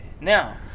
Now